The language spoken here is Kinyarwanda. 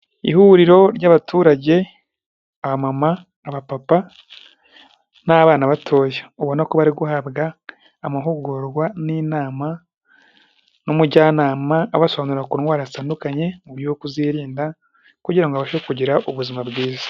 Ihuriro ry'abaturage abamama, abapapa n'abana batoya ubona ko bari guhabwa amahugurwa n'inama n'umujyanama abasobanurira ku ndwara zitandukanye uburyo bwo kuzirinda kugira ngo abashe kugira ubuzima bwiza.